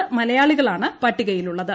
രണ്ട് മലയാളികളാണ് പട്ടിക യിലുള്ളത്